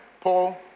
Paul